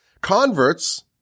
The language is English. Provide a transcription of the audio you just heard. Converts